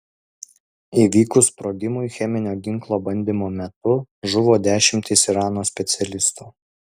įvykus sprogimui cheminio ginklo bandymo metu žuvo dešimtys irano specialistų